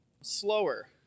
slower